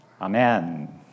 Amen